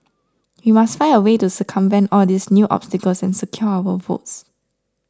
we must find a way to circumvent all these new obstacles and secure our votes